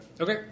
Okay